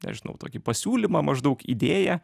nežinau tokį pasiūlymą maždaug idėją